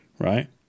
right